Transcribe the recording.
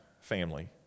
family